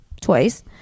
twice